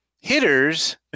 hitters